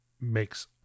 makes